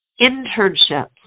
Internships